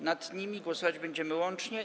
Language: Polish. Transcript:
Nad nimi głosować będziemy łącznie.